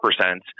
percent